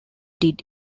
did